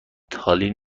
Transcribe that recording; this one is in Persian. تالین